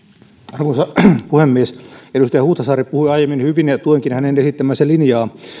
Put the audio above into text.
arvoisa puhemies edustaja huhtasaari puhui aiemmin hyvin ja tuenkin hänen esittämäänsä linjaa